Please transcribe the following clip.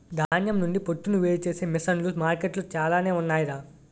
ధాన్యం నుండి పొట్టును వేరుచేసే మిసన్లు మార్కెట్లో చాలానే ఉన్నాయ్ రా